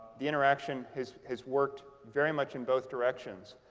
the interaction has has worked very much in both directions.